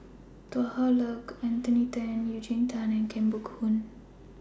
Tan Hwa Luck Anthony Then and Eugene Tan Kheng Boon